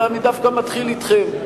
אלא אני דווקא מתחיל אתכם.